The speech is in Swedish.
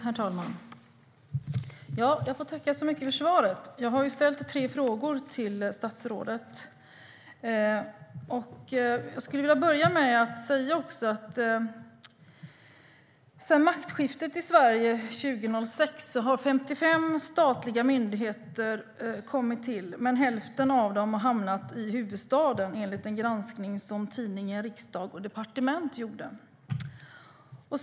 Herr talman! Jag får tacka så mycket för svaret. Jag har ställt tre frågor till statsrådet. Sedan maktskiftet i Sverige 2006 har 55 statliga myndigheter kommit till, men hälften av dem har hamnat i huvudstaden, enligt en granskning som tidningen Riksdag & Departement gjorde.